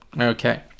okay